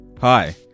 Hi